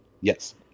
Yes